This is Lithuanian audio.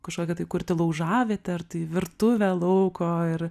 kažkokią tai kurti laužavietę ar tai virtuvę lauko ir